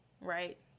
right